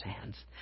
hands